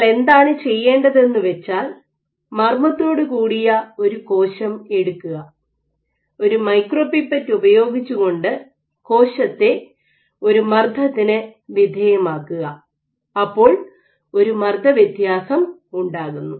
നിങ്ങൾ എന്താണ് ചെയ്യേണ്ടത് എന്നുവെച്ചാൽ മർമ്മത്തോടുകൂടിയ ഒരു കോശം എടുക്കുക ഒരു മൈക്രോപിപറ്റ് ഉപയോഗിച്ചുകൊണ്ട് കോശത്തെ ഒരു മർദ്ദത്തിന് വിധേയമാക്കുക അപ്പോൾ ഒരു മർദ്ദവ്യത്യാസം ഉണ്ടാകുന്നു